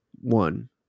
one